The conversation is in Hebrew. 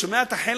אתה שומע את החלם?